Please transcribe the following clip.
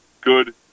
good